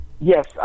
Yes